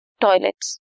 toilets